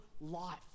life